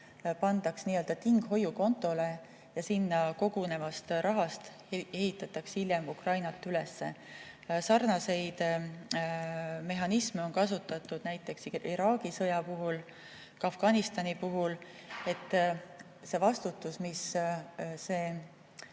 pandaks nii-öelda tinghoiukontole ja sinna koguneva raha abil ehitataks hiljem Ukraina üles. Samasugust mehhanismi on kasutatud näiteks Iraagi sõja puhul, ka Afganistani puhul, et vastutus nende